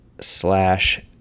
slash